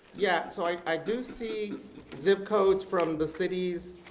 yeah so i i do see zip codes from the cities,